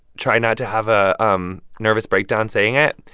try not to have a um nervous breakdown saying it.